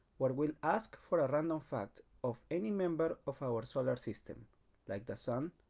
where we'll ask for a random fact of any member of our solar system like the sun,